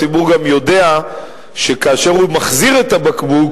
הציבור גם יודע שכאשר הוא מחזיר את הבקבוק,